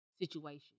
situation